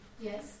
Yes